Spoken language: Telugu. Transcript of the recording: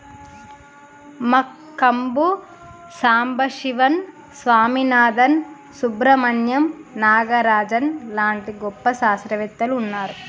మంకంబు సంబశివన్ స్వామినాధన్, సుబ్రమణ్యం నాగరాజన్ లాంటి గొప్ప శాస్త్రవేత్తలు వున్నారు